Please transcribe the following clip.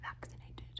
vaccinated